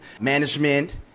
management